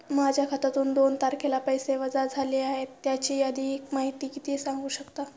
माझ्या खात्यातून दोन तारखेला पैसे वजा झाले आहेत त्याची माहिती सांगू शकता का?